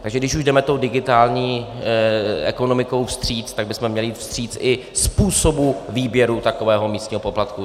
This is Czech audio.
Takže když už jdeme tou digitální ekonomikou vstříc, tak bychom měli jít vstříc i způsobu výběru takového místního poplatku.